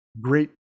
great